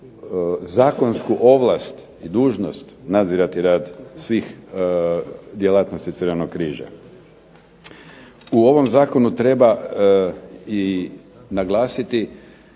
zakonsku ovlast i dužnost nadzirati rad svih djelatnosti Crvenog križa. U ovom zakonu treba naglasiti